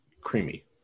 creamy